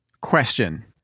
Question